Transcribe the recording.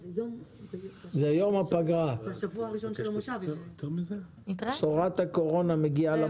זה יום הפגרה, בשורת הקורונה מגיעה למושב הבא.